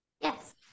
yes